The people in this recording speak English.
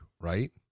right